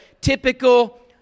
typical